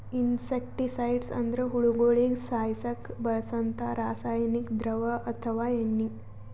insecticides ಅಂದ್ರ ಹುಳಗೋಳಿಗ ಸಾಯಸಕ್ಕ್ ಬಳ್ಸಂಥಾ ರಾಸಾನಿಕ್ ದ್ರವ ಅಥವಾ ಎಣ್ಣಿ